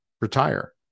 retire